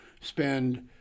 spend